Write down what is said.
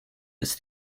ist